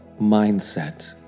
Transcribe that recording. mindset